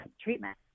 treatment